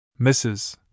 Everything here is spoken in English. Mrs